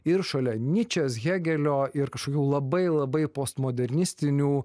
ir šalia nyčės hėgelio ir kažkokių labai labai postmodernistinių